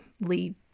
lead